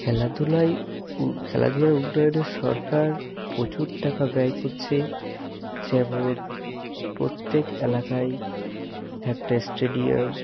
খেলাধুলায় উ খেলাধুলার উন্নয়নে সরকার প্রচুর টাকা ব্যয় করছে যেমন প্রত্যেক এলাকায় একটা স্টেডিয়াম